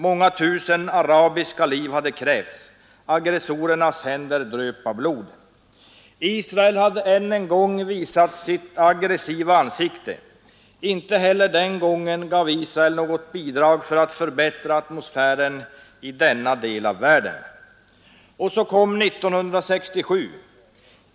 Många tusen arabiska liv hade krävts. Aggressorernas händer dröp av blod. Israel hade än en gång visat sitt aggressiva ansikte. Inte heller den gången gav Israel något bidrag för att förbättra atmosfären i denna del av världen. Så kom 1967.